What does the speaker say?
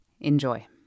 Enjoy